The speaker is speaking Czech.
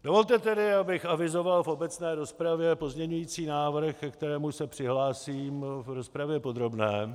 Dovolte tedy, abych avizoval v obecné rozpravě pozměňující návrh, ke kterému se přihlásím v rozpravě podrobné.